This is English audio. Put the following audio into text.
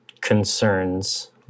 concerns